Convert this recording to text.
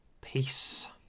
peace